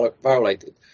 violated